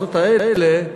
ההחלטות האלה,